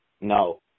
No